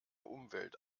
umwelt